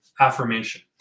affirmation